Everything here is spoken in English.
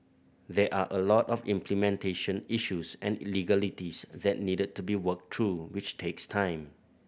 there are a lot of implementation issues and legalities that need to be worked through which takes time